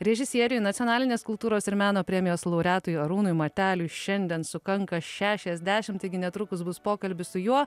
režisieriui nacionalinės kultūros ir meno premijos laureatui arūnui mateliui šiandien sukanka šešiasdešimt taigi netrukus bus pokalbis su juo